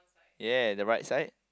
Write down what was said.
ya the right side